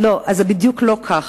אז זה לא בדיוק ככה.